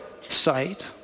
sight